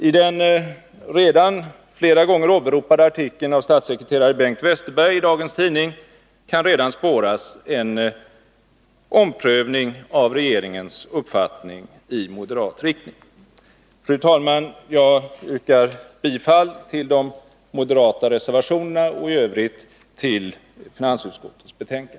I den flera gånger åberopade artikeln av statssekreterare Bengt Westerberg i dagens tidning kan redan spåras en omprövning av regeringens uppfattning i moderat riktning. Fru talman! Jag yrkar bifall till de moderata reservationerna och i övrigt till finansutskottets hemställan.